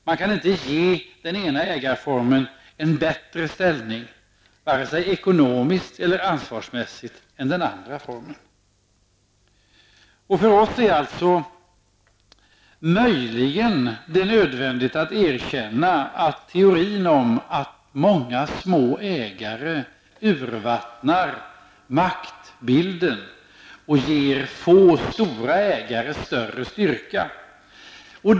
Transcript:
Man kan inte ge den ena ägarformen en bättre ställning, vare sig ekonomiskt eller ansvarsmässigt, än den andra formen. För oss är det därför möjligen nödvändigt att erkänna teorin att många små ägare urvattnar maktbilden och ger få stora ägare större styrka.